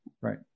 right